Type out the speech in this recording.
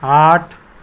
आठ